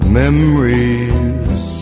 memories